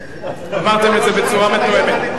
אמרתם את זה בצורה מתואמת,